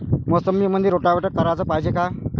मोसंबीमंदी रोटावेटर कराच पायजे का?